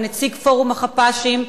ונציגי פורום החפ"שים,